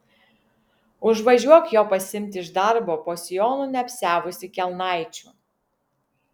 užvažiuok jo pasiimti iš darbo po sijonu neapsiavusi kelnaičių